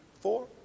four